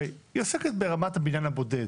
הרי היא עוסקת ברמת הבניין הבודד.